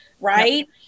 right